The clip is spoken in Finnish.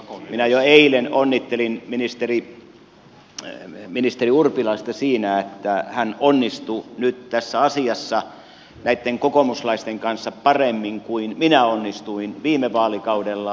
minä jo eilen onnittelin ministeri urpilaista siitä että hän onnistui nyt tässä asiassa näitten kokoomuslaisten kanssa paremmin kuin minä onnistuin viime vaalikaudella